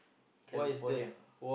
California